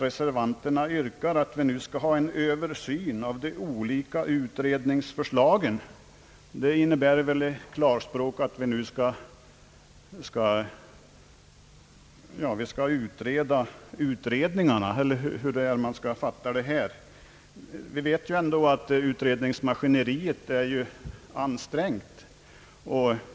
Reservanterna yrkar på en översyn av de olika utredningsförslagen. Det innebär väl i klarspråk att vi nu skall utreda utredningarna, eller hur man skall fatta yrkandet. Vi vet emellertid att utredningsmaskineriet är ansträngt.